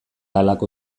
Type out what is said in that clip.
halako